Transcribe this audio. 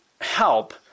help